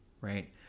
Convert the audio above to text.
right